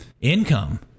income